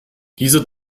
diese